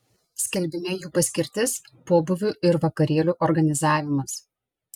skelbime jų paskirtis pobūvių ir vakarėlių organizavimas